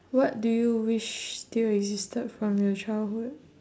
what do you wish still existed from your childhood